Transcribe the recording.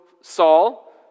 Saul